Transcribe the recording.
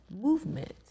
movement